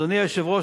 אדוני היושב-ראש,